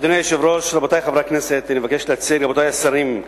אדוני היושב-ראש, רבותי חברי הכנסת, רבותי השרים,